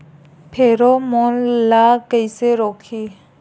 Pheromone ला कइसे रोकही?